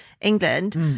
England